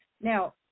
Now